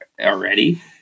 already